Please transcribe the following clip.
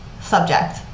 subject